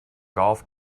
golf